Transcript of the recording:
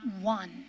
one